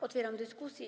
Otwieram dyskusję.